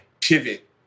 pivot